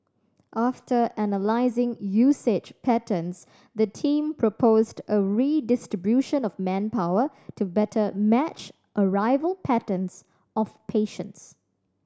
after analysing usage patterns the team proposed a redistribution of manpower to better match arrival patterns of patients